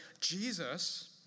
Jesus